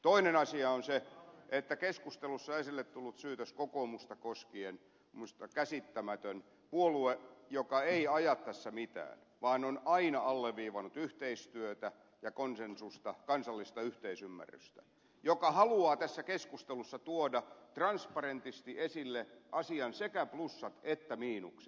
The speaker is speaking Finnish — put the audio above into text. toinen asia on se että keskustelussa esille tullut syytös kokoomusta koskien on minusta käsittämätön puoluetta joka ei aja tässä mitään vaan on aina alleviivannut yhteistyötä ja konsensusta kansallista yhteisymmärrystä ja joka haluaa tässä keskustelussa tuoda transparentisti esille sekä asian plussat että miinukset